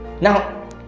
Now